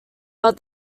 but